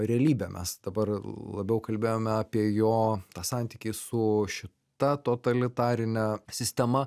realybę mes dabar labiau kalbėjome apie jo tą santykį su šita totalitarine sistema